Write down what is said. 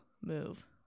move